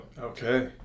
Okay